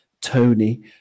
Tony